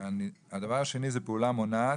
הדבר השני זה פעולה מונעת,